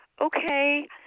okay